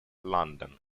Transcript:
london